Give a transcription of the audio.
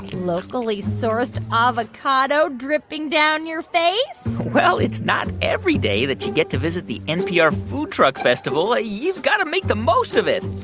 locally sourced avocado dripping down your face well, it's not every day that you get to visit the npr food truck festival. ah you've got to make the most of it